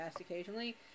occasionally